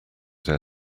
their